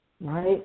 right